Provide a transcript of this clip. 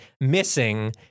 missing